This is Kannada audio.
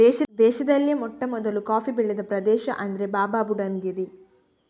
ದೇಶದಲ್ಲಿಯೇ ಮೊಟ್ಟಮೊದಲು ಕಾಫಿ ಬೆಳೆದ ಪ್ರದೇಶ ಅಂದ್ರೆ ಬಾಬಾಬುಡನ್ ಗಿರಿ